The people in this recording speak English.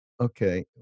okay